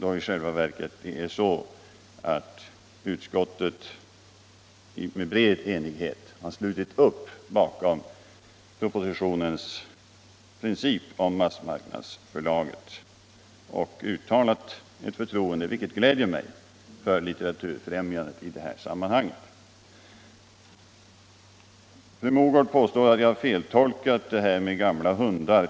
I själva verket har utskot:et i bred enighet slutit upp bakom propositionens princip om massmarknadsförlaget och uttalat ett förtroende — vilket gläder mig — för Litteraturfrämjandet i detta sammanhang. Fru Mogård påstår att jag har feltolkat detta med ”gamla hundar”.